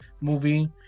movie